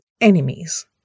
enemies